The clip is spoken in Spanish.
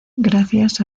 gracias